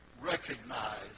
recognize